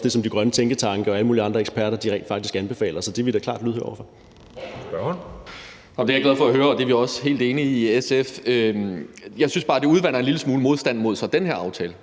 Det er jeg glad for at høre, og vi er også helt enige i det i SF. Jeg synes bare, det en lille smule udvander modstanden mod den her aftale